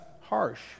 harsh